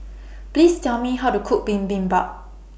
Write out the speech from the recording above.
Please Tell Me How to Cook Bibimbap